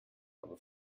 habe